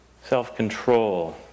self-control